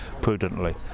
prudently